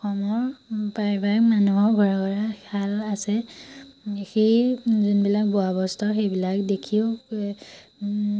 অসমৰ প্ৰায়ভাগ মানুহৰ ঘৰে ঘৰে শাল আছে সেই যোনবিলাক বোৱা বস্ত্ৰ সেইবিলাক দেখিও এ